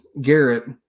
Garrett